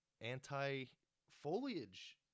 anti-foliage